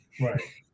Right